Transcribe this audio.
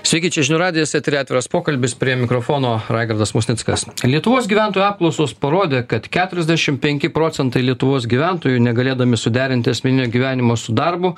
sveiki čia žinių radijas etery atviras pokalbis prie mikrofono raigardas musnickas lietuvos gyventojų apklausos parodė kad keturiasdešimt penki procentai lietuvos gyventojų negalėdami suderinti asmeninio gyvenimo su darbu